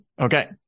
Okay